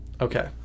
Okay